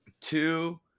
two